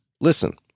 listen